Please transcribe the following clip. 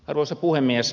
arvoisa puhemies